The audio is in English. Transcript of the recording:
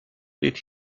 did